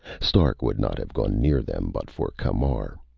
stark would not have gone near them but for camar.